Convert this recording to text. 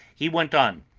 he went on